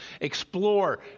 explore